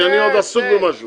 אני עוסק,